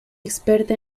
experta